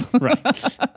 Right